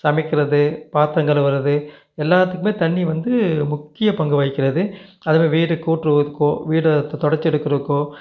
சமைக்கிறது பாத்திரம் கழுவுகிறது எல்லாத்துக்கும் தண்ணி வந்து முக்கிய பங்கு வகிக்கிறது அதே மாரி வீடு கூட்டுருவு இதுக்கோ வீடு த தொடச்சு எடுக்கிறக்கோ